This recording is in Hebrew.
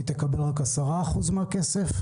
היא תקבל רק 10% מהכסף,